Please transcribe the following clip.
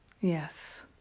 Yes